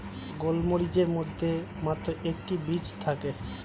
গোলমরিচের মধ্যে মাত্র একটি বীজ থাকে